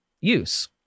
use